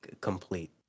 complete